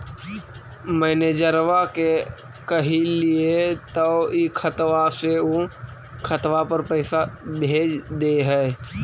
मैनेजरवा के कहलिऐ तौ ई खतवा से ऊ खातवा पर भेज देहै?